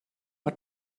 hat